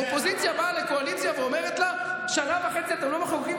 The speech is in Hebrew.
אופוזיציה באה לקואליציה ואומרת לה: שנה וחצי אתם לא מחוקקים,